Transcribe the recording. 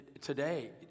today